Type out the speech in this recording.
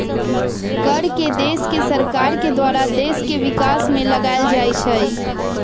कर के देश के सरकार के द्वारा देश के विकास में लगाएल जाइ छइ